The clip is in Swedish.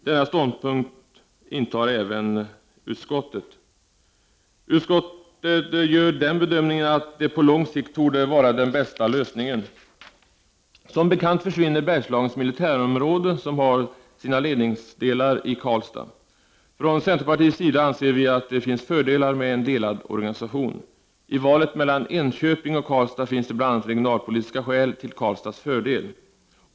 Denna ståndpunkt intar även utskottet. Utskottet gör bedömningen att det på lång sikt torde vara den bästa lösningen. Som bekant försvinner Bergslagens militärområde, som har sina ledningsdelar i Karlstad. Vi i centerpartiet anser att det finns fördelar med en delad organisation. I valet mellan Enköping och Karlstad talar bl.a. regionalpolitiska skäl för Karlstad.